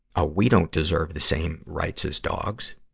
ah we don't deserve the same rights as dogs.